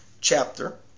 chapter